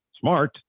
smart